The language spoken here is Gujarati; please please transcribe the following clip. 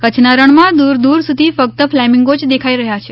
કચ્છના રણમાં દૂર દૂર સુધી ફક્ત ફ્લેમિંગો જ દેખાઈ રહ્યા છે